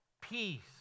peace